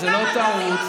זה לא טעות.